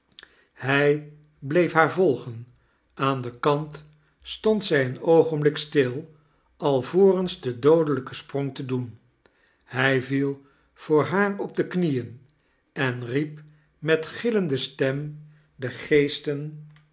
hij bleef haar volgen aan den kant stond zij een oogenblik stil alvorens den doodelijken sprong te doen hij viel voor haar op dae knieen en riep met gillende stem de